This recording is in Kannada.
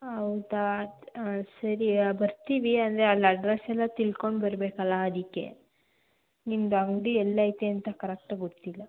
ಹಾಂ ಹೌದಾ ಹಾಂ ಸರಿ ಬರುತ್ತೀವಿ ಅಂದರೆ ಅಲ್ಲಿ ಅಡ್ರಸೆಲ್ಲಾ ತಿಳ್ಕೊಂಡು ಬರಬೇಕಲ್ಲ ಅದಕ್ಕೆ ನಿಮ್ದು ಅಂಗಡಿ ಎಲೈತೆ ಅಂತ ಕರೆಕ್ಟ್ ಗೊತ್ತಿಲ್ಲ